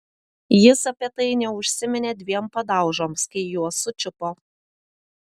jis apie tai neužsiminė dviem padaužoms kai juos sučiupo